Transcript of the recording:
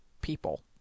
people